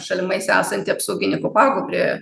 šalimais esantį apsauginį kopagūbrį